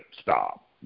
stop